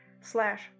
slash